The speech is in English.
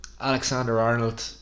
Alexander-Arnold